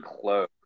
close